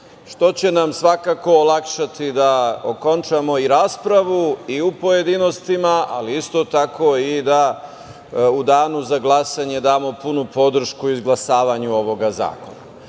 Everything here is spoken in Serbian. što će nam svakako olakšati da okončamo i raspravu i u pojedinostima, ali isto tako i da u danu za glasanje damo punu podršku izglasavanju ovog zakona. Svakako